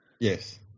Yes